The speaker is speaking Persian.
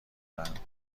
دهند